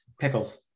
Pickles